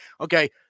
Okay